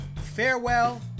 Farewell